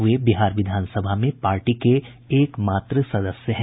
वे बिहार विधानसभा में पार्टी के एकमात्र सदस्य हैं